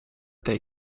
they